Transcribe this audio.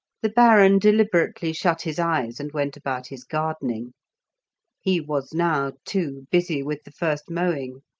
the baron deliberately shut his eyes and went about his gardening he was now, too, busy with the first mowing.